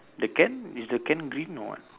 the can is the can green or what